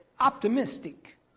Optimistic